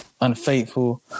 Unfaithful